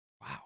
Wow